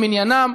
למניינם.